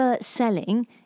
selling